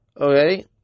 Okay